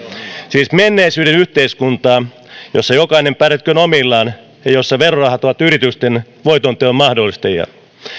siis menneisyyden yhteiskuntaa jossa jokainen pärjätköön omillaan ja jossa verorahat ovat yritysten voitonteon mahdollistajia